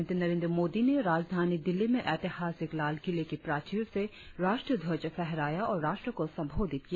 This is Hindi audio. प्रधानमंत्री नरेंद्र मोदी ने राजधानी दिल्ली में ऐतिहासिक लालकिले की प्राचीर से राष्ट्रीय ध्वज फहराया और राष्ट्र को संबोधित किया